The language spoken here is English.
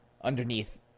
underneath